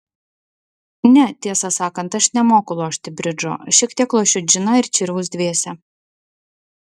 ne tiesą sakant aš nemoku lošti bridžo šiek tiek lošiu džiną ir čirvus dviese